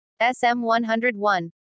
SM101